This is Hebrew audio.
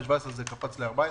ב-2017 זה קפץ ל-14.